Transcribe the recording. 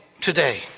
today